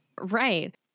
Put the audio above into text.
right